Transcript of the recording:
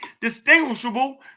distinguishable